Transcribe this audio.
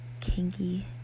kinky